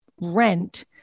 rent